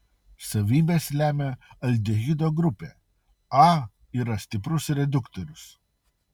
savybes lemia aldehido grupė a yra stiprus reduktorius